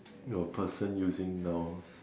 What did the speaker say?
your person using nouns